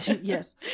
Yes